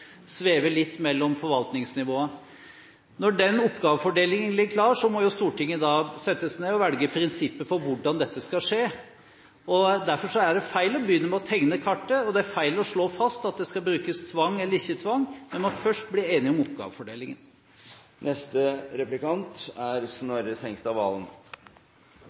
litt mellom forvaltningsnivåene. Når den oppgavefordelingen ligger klar, må Stortinget sette seg ned og velge prinsipper for hvordan dette skal skje. Derfor er det feil å begynne med å tegne kartet, og det er feil å slå fast om det skal brukes tvang eller ikke. Vi må først bli enige om oppgavefordelingen. Jeg tror belastningen ved å motta 500 e-poster nok er